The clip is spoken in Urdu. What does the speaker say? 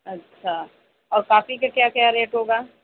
اچھا اور کاپی کے کیا کیا ریٹ ہوگا